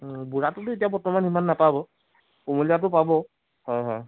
বুঢ়াটোতো এতিয়া বৰ্তমান সিমান নাপাব কোমলীয়াটো পাব হয় হয়